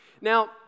Now